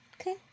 Okay